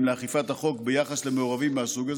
לאכיפת החוק ביחס למעורבים מהסוג הזה.